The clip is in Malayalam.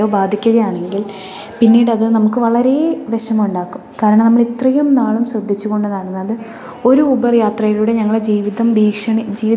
ബാധിക്കുകയാണെങ്കിൽ പിന്നീടത് നമുക്ക് വളരെ വിഷമം ഉണ്ടാക്കും കാരണം നമ്മളത് ഇത്രയും നാളും ശ്രദ്ധിച്ചുകൊണ്ടു നടന്നത് ഒരു ഊബർ യാത്രയിലൂടെ ഞങ്ങളെ ജീവിതം ഭീഷണി ജീവിതം